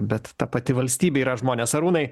bet ta pati valstybė yra žmonės arūnai